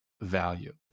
value